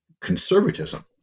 conservatism